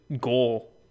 goal